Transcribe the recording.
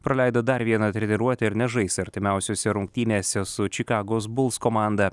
praleido dar vieną treniruotę ir nežais artimiausiose rungtynėse su čikagos buls komanda